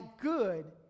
good